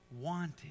wanted